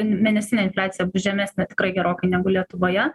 mėnesinė infliacija bus žemesnė tikrai gerokai negu lietuvoje